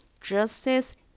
justice